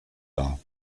dar